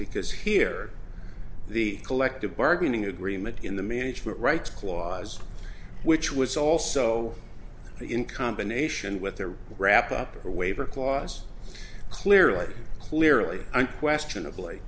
because here the collective bargaining agreement in the management rights clause which was also in combination with the wrap up or waiver clause clearly clearly unquestionably